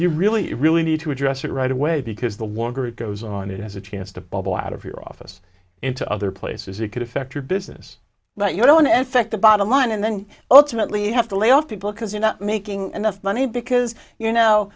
you really really need to address it right away because the longer it goes on it has a chance to bubble out of your office into other places it could affect your business but you don't effect the bottom line and then ultimately you have to lay off people because you're not making enough money because you know